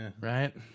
Right